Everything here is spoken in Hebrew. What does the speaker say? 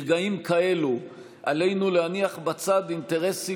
ברגעים כאלה עלינו להניח בצד אינטרסים